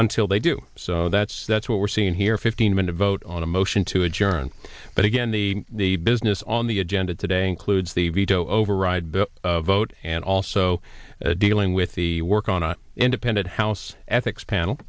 until they do so that's that's what we're seeing here fifteen min to vote on a motion to adjourn but again the the business on the agenda today includes the veto override vote and also dealing with the work on an independent house ethics panel